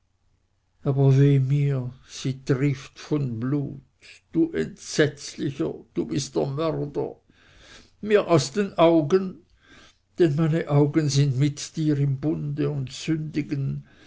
mir sie trieft von blut du entsetzlicher du bist der mörder mir aus den augen denn meine augen sind mit dir im bunde und sündigen